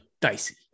dicey